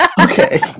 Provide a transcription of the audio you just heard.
Okay